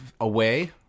away